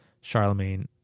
Charlemagne